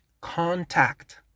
contact